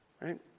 right